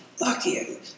lucky